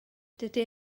dydy